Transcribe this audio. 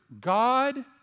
God